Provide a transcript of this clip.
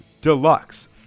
Deluxe